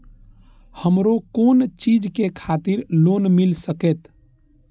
हमरो कोन चीज के खातिर लोन मिल संकेत?